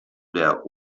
der